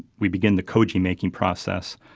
we begin the koji-making process.